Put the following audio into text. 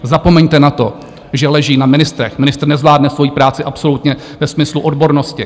Zapomeňte na to, že leží na ministrech, ministr nezvládne svoji práci absolutně ve smyslu odbornosti.